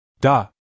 Da